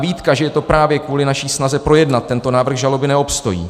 Výtka, že je to právě kvůli naší snaze projednat tento návrh žaloby, neobstojí.